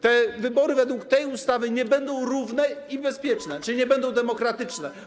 Te wybory według tej ustawy nie będą równe i bezpieczne, czyli nie będą demokratyczne.